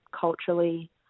culturally